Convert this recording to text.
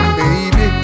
baby